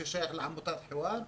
בית ספר ששייך לעמותת חיוואר,